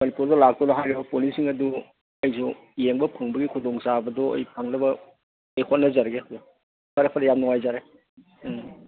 ꯃꯅꯤꯄꯨꯔꯗ ꯂꯥꯛꯄꯗ ꯍꯥꯏꯔꯤꯕ ꯄꯣꯅꯤꯁꯤꯡ ꯑꯗꯨ ꯑꯩꯁꯨ ꯌꯦꯡꯕ ꯐꯪꯕꯒꯤ ꯈꯨꯗꯣꯡ ꯆꯥꯕꯗꯣ ꯑꯩ ꯐꯪꯅꯕ ꯑꯩ ꯍꯣꯠꯅꯖꯔꯒꯦ ꯑꯣꯖꯥ ꯐꯔꯦ ꯐꯔꯦ ꯌꯥꯝ ꯅꯨꯡꯉꯥꯏꯖꯔꯦ ꯎꯝ